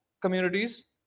communities